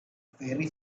very